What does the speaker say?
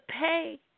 pay